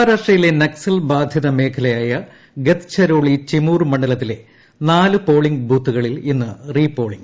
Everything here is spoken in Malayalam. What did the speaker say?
മഹാരാഷ്ട്രയിലെ നക്സൽ ബാധിത മേഖലയായ ഗദ്ചരോളി ചിമൂർ മണ്ഡലത്തിലെ നാലു പോളിംഗ് ബൂത്തുകളിൽ ഇന്ന് റീ പോളിംഗ്